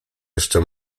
jeszcze